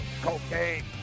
Cocaine